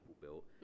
built